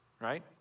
right